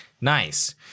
Nice